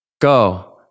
Go